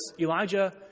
Elijah